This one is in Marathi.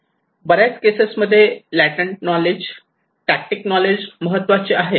बऱ्याच केसेस मध्ये लॅटेन्ट नॉलेज टॅक्टिक नॉलेज महत्वाचे आहे